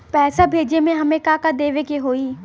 पैसा भेजे में हमे का का देवे के होई?